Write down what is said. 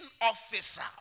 officer